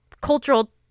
cultural